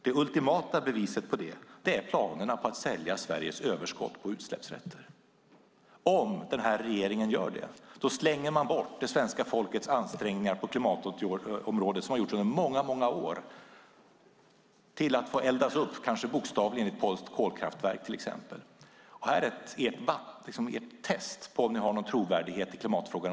Det ultimata beviset på det är planerna på att sälja Sveriges överskott på utsläppsrätter. Om den här regeringen gör det slänger man bort det svenska folkets ansträngningar på klimatområdet under många år. Det kommer till exempel att eldas upp, kanske bokstavligen, i ett polskt kolkraftverk. Om ni väljer att sälja överskottet av utsläppsrätter eller inte är ett test på om ni har någon trovärdighet i klimatfrågan.